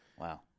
Wow